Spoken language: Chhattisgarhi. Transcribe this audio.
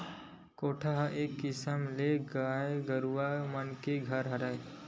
कोठा ह एक किसम ले गाय गरुवा मन के घर हरय